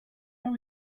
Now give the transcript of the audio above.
how